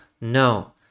no